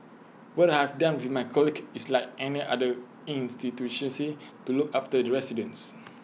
what I've done with my colleagues is like any other to look after the residents